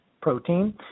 protein